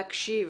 להקשיב,